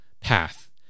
path